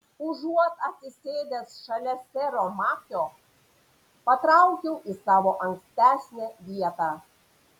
užuot atsisėdęs šalia sero machio patraukiau į savo ankstesnę vietą